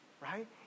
right